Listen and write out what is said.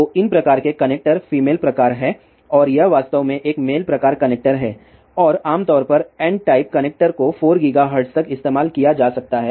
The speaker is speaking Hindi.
तो इन प्रकार के कनेक्टर फीमेल प्रकार हैं और यह वास्तव में एक मेल प्रकार कनेक्टर है और आमतौर पर एन टाइप कनेक्टर को 4 गीगार्ट्ज़ तक इस्तेमाल किया जा सकता है